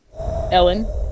Ellen